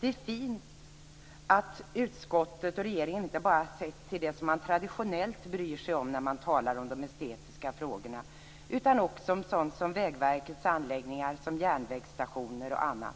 Det är fint att utskottet och regeringen inte bara sett till det som man traditionellt bryr sig om när man talar om de estetiska frågorna utan också om sådant som Vägverkets anläggningar liksom järnvägsstationer och annat.